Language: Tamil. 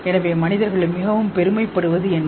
எனவே மனிதர்கள் மிகவும் பெருமைப்படுவது என்ன